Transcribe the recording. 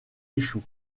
échoue